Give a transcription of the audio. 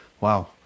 wow